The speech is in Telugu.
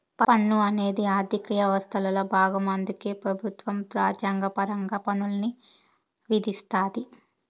పన్ను అనేది ఆర్థిక యవస్థలో బాగం అందుకే పెబుత్వం రాజ్యాంగపరంగా పన్నుల్ని విధిస్తాది